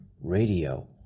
Radio